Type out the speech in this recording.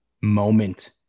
moment